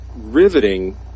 riveting